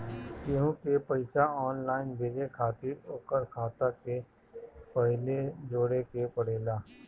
केहू के पईसा ऑनलाइन भेजे खातिर ओकर खाता के पहिले जोड़े के पड़ेला